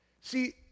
See